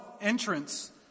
entrance